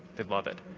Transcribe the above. they love it.